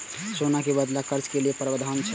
सोना के बदला कर्ज के कि प्रावधान छै?